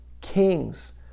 kings